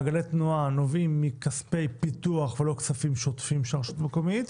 מעגלי תנועה נובעים מכספי פיתוח ולא כספים שוטפים של רשות מקומית,